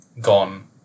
gone